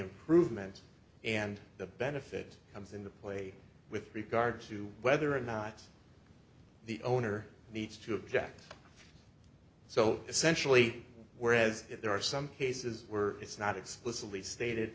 improvement and the benefit comes into play with regard to whether or not the owner needs to object so essentially whereas there are some cases where it's not explicitly stated